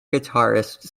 guitarist